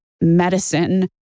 medicine